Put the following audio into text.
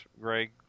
Greg